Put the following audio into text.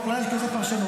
אולי יש לזה פרשנות.